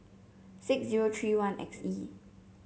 six zero three one X E